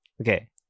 okay